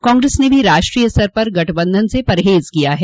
कांग्रेस ने भी राष्ट्रीय स्तर पर गठबंधन से परहेज किया है